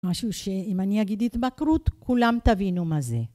משהו שאם אני אגיד התבגרות כולם תבינו מה זה.